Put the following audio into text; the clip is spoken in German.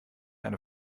eine